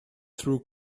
through